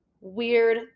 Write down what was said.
weird